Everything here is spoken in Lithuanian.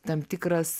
tam tikras